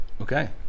Okay